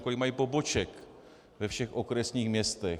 Kolik mají poboček ve všech okresních městech?